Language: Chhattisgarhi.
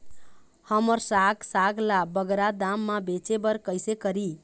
हमर साग साग ला बगरा दाम मा बेचे बर कइसे करी?